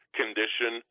condition